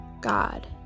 God